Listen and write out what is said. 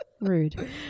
Rude